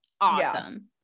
awesome